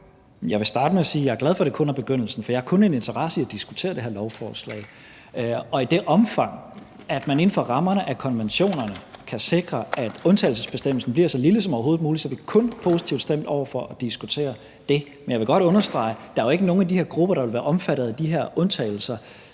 Jeg vil starte med at sige, at jeg er glad for, at det kun er begyndelsen, for jeg har kun en interesse i at diskutere det her lovforslag. Og i det omfang man inden for rammerne af konventionerne kan sikre, at undtagelsesbestemmelsen bliver så lille som overhovedet muligt, så er vi kun positivt stemt over for at diskutere det. Men jeg vil godt understrege, at der jo ikke er nogen af de her grupper, der vil være omfattet af de her undtagelser,